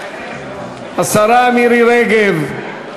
השרה מירי רגב,